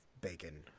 bacon